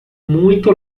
muito